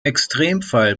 extremfall